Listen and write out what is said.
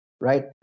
right